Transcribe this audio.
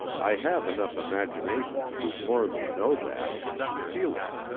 i have enough imagination to do more than know that to feel it.